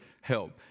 help